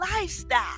lifestyle